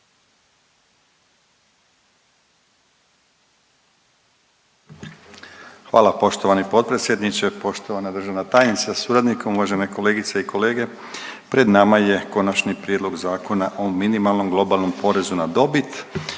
Hvala poštovani potpredsjedniče, poštovana državna tajnice sa suradnikom, uvažene kolegice i kolege. Pred nama je Konačni prijedlog Zakona o minimalnom globalnom porezu na dobit.